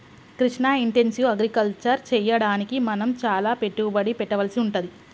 Krishna intensive agriculture చెయ్యడానికి మనం చాల పెట్టుబడి పెట్టవలసి వుంటది